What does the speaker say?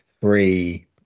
three